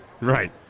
Right